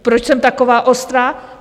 Proč jsem taková ostrá?